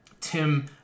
tim